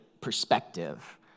perspective